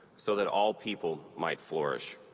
so that all people might flourish.